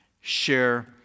share